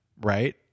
right